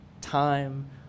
Time